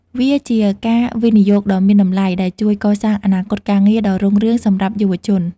វាជាការវិនិយោគដ៏មានតម្លៃដែលជួយកសាងអនាគតការងារដ៏រុងរឿងសម្រាប់យុវជន។